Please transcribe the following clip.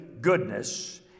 goodness